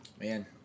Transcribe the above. Man